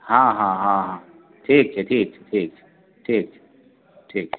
हँ हँ हँ ठीक छै ठीक छै ठीक छै ठीक छै ठीक